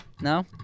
No